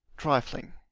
trifling.